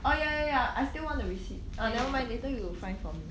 oh ya ya ya I still want the receipt uh never mind later you find for me